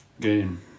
game